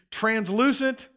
translucent